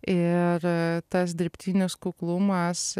ir tas dirbtinis kuklumas